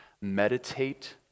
meditate